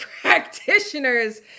practitioners